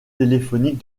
téléphonique